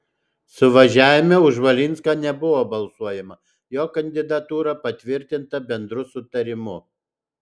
suvažiavime už valinską nebuvo balsuojama jo kandidatūra patvirtinta bendru sutarimu